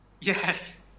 Yes